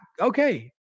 Okay